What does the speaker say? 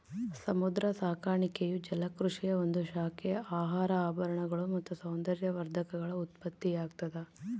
ಸಮುದ್ರ ಸಾಕಾಣಿಕೆಯು ಜಲಕೃಷಿಯ ಒಂದು ಶಾಖೆ ಆಹಾರ ಆಭರಣಗಳು ಮತ್ತು ಸೌಂದರ್ಯವರ್ಧಕಗಳ ಉತ್ಪತ್ತಿಯಾಗ್ತದ